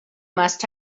must